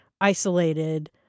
isolated